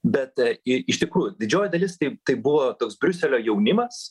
bet iš tikrųjų didžioji dalis tai tai buvo toks briuselio jaunimas